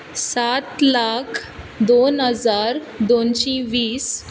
सात लाख दोन हजार दोनशें वीस